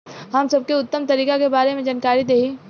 हम सबके उत्तम तरीका के बारे में जानकारी देही?